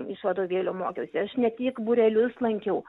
iš vadovėlio mokiausi aš ne tik būrelius lankiau